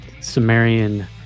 Sumerian